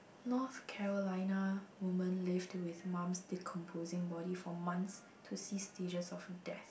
North Carolina woman lived with mum's decomposing body for months to see stages of death